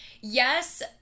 Yes